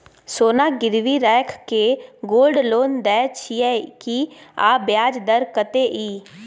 सोना गिरवी रैख के गोल्ड लोन दै छियै की, आ ब्याज दर कत्ते इ?